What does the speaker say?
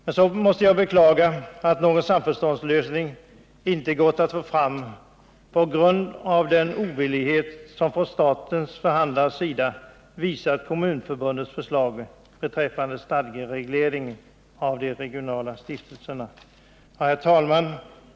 Jag måste beklaga att någon samförståndslösning inte gått att få fram på grund av den ovillighet som man Herr talman!